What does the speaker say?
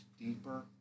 deeper